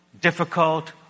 difficult